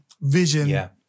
vision